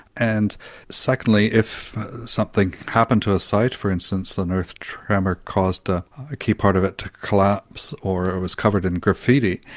and secondly, if something happens to a site, for instance, an earth tremor caused a key part of it to collapse or it was covered in graffiti,